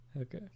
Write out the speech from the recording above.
Okay